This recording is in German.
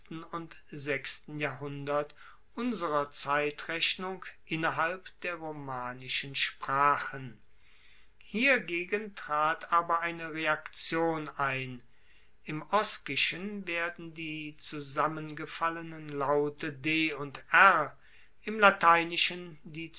und sechsten jahrhundert unserer zeitrechnung innerhalb der romanischen sprachen hiergegen trat aber eine reaktion ein im oskischen werden die zusammengefallenen laute d und r im lateinischen